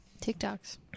TikToks